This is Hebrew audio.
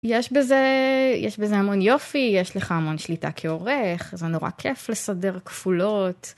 יש בזה המון יופי, יש לך המון שליטה כעורך, זה נורא כיף לסדר כפולות.